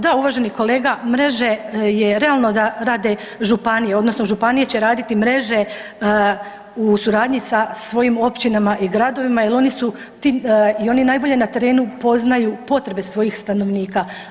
Da uvaženi kolega, mreže je realno da rade županije odnosno županije će raditi mreže u suradnji sa svojim općinama i gradovima jer oni su ti i oni najbolje na terenu poznaju potrebe svojih stanovnika.